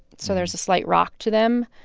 so there's a slight rock to them.